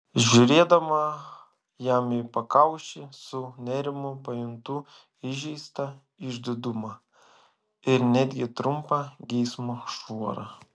žiūrėdama jam į pakaušį su nerimu pajuntu įžeistą išdidumą ir netgi trumpą geismo šuorą